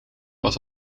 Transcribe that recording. was